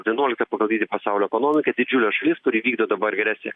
vienuolikta pagal dydį pasaulio ekonomika didžiulė šalis kurį vykdo dabar agresiją